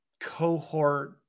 cohort